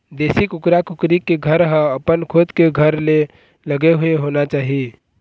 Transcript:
देशी कुकरा कुकरी के घर ह अपन खुद के घर ले लगे हुए होना चाही